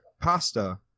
pasta